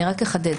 אני אחדד.